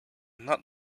not